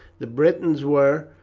the britons were,